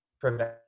prevent